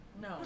No